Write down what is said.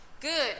Good